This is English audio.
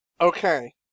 Okay